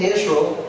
Israel